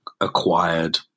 acquired